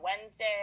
Wednesday